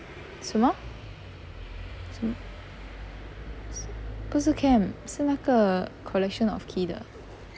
什么什么 s~ 不是 camp 是那个 collection of key 的